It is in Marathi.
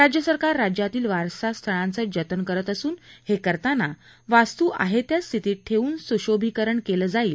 राज्य सरकार राज्यातील वारसास्थळांचं जतन करीत असून हे करताना वास्तू आहे त्या स्थितीत ठेवून सूशोभिकरणही केलं जाईल